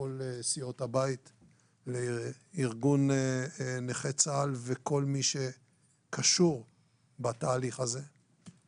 מכל סיעות הבית; לארגון נכי צה"ל וכל מי שקשור בתהליך הזה;